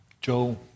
Joe